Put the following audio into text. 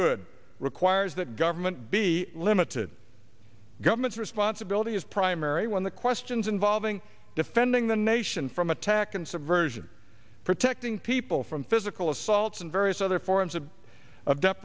good requires that government be limited government's responsibility is primary when the questions involving defending the nation from attack and subversion protecting people from physical assaults and various other forms of of depth